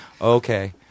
Okay